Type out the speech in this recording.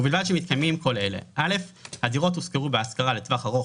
ובלבד שמתקיימים כל אלה: הדירות הושכרו בהשכרה לטווח ארוך